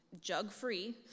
jug-free